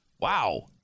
Wow